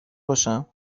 باشم